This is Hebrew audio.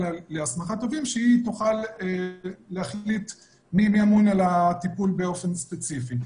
להסמכת תובעים שהיא תוכל להחליט מי מהם אמון על הטיפול באופן ספציפי.